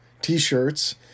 t-shirts